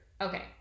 Okay